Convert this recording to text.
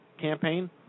campaign